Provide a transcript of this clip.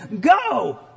go